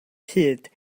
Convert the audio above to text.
hyd